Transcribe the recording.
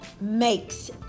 makes